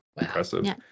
Impressive